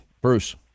Bruce